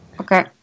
Okay